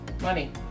Money